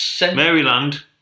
Maryland